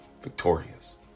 victorious